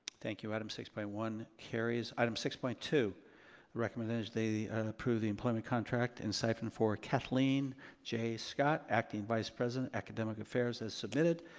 thank you. item six point one carries. item six point two recommending approve the employment contract in siphon for cathleen j. scott, acting vice president academic affairs as submitted.